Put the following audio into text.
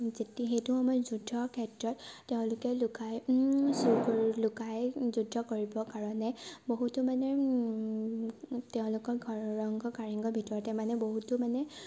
যেতিয়া সেইটো সময়ত যুদ্ধ ক্ষেত্ৰত তেওঁলোকে লুকাই চুৰ কৰি লুকাই যুদ্ধ কৰিবৰ কাৰণে বহুতো মানে তেওঁলোকৰ ঘৰ ৰংঘৰ কাৰেংঘৰ ভিতৰতে মানে বহুতো মানে